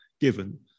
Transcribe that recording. given